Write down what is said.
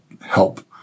help